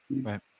Right